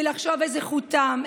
ולחשוב איזה חותם,